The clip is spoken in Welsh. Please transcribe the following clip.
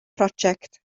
project